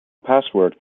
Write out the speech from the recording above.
password